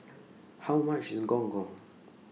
How much IS Gong Gong